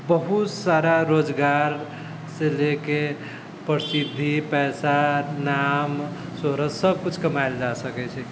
बहुत सारा रोजगारसँ लएके प्रसिद्धि पैसा नाम शोहरत सब कुछ कमायल जा सकै छै